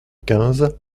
quinze